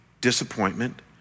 disappointment